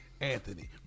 Anthony